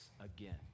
again